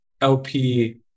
LP